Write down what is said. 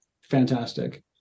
fantastic